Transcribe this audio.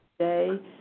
today